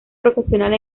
profesional